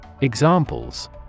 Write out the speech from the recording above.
Examples